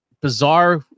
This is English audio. bizarre